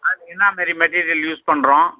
அது என்ன மாரி மெட்டீரியல் யூஸ் பண்ணுறோம்